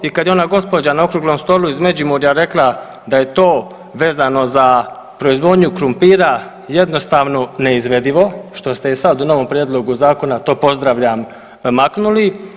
I kada je ona gospođa na Okruglom stolu iz Međimurja rekla da je to vezano za proizvodnju krumpira jednostavno neizvedivo što ste i sada u novom Prijedlogu zakona, to pozdravljam, maknuli.